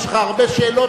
יש לך הרבה שאלות,